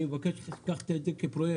אני מבקש ממך שתיקח את זה כפרויקט,